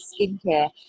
Skincare